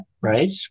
right